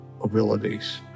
abilities